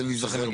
תן להיזכר.